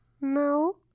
No